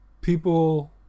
people